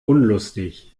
unlustig